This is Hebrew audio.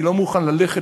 אני לא מוכן ללכת,